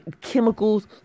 chemicals